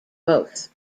both